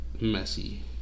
messy